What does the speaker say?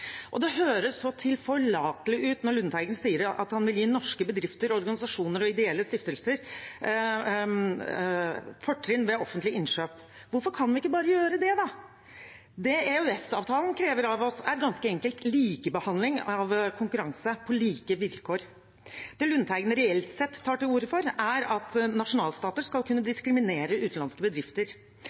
Det høres så tilforlatelig ut når Lundteigen sier at han vil gi norske bedrifter, organisasjoner og ideelle stiftelser fortrinn ved offentlige innkjøp. Hvorfor kan vi ikke bare gjøre det, da? Det EØS-avtalen krever av oss, er ganske enkelt likebehandling av konkurranse på like vilkår. Det Lundteigen reelt sett tar til orde for, er at nasjonalstater skal kunne diskriminere utenlandske bedrifter.